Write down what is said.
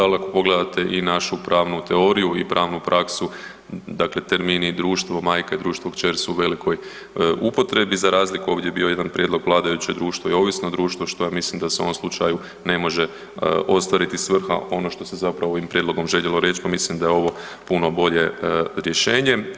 Ali ako pogledate i našu pravnu teoriju i pravnu praksu, dakle termini društvo, majka i društvo kćer su u velikoj upotrebi za razliku ovdje je bio jedan prijedlog vladajuće društvo i ovisno društvo što ja mislim da se u ovom slučaju ne može ostvariti svrha ono što se zapravo ovim prijedlogom željelo reći, pa mislim da je ovo puno bolje rješenje.